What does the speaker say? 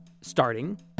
starting